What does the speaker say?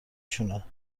شونه